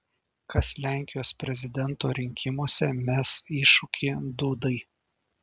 kas lenkijos prezidento rinkimuose mes iššūkį dudai